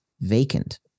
vacant